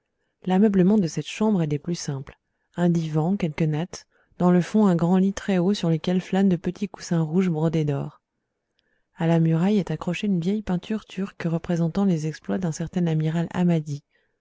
l'ameublement de cette chambre est des plus simples un divan quelques nattes dans le fond un grand lit très haut sur lequel flânent de petits coussins rouges brodés d'or à la muraille est accrochée une vieille peinture turque représentant les exploits d'un certain amiral hamadi